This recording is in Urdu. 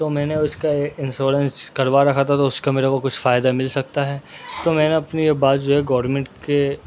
تو میں نے اس کا انشورینس کروا رکھا تھا تو اس کا میرے کو کچھ فائدہ مل سکتا ہے تو میں نے اپنی یہ بات جو ہے گورمینٹ کے